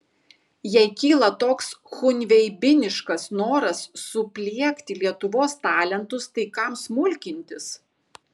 jei kyla toks chunveibiniškas noras supliekti lietuvos talentus tai kam smulkintis